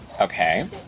Okay